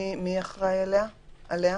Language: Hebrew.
מי אחראי עליה?